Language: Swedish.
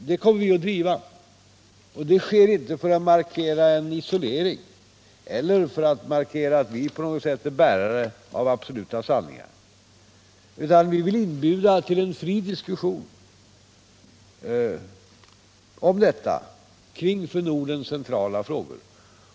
Detta kommer vi att driva, men det sker inte — Nr 33 för att markera isolering eller för att markera att vi på något sätt skulle vara bärare av absoluta sanningar, utan vi vill inbjuda till en fri diskussion om dessa för Norden centrala frågor.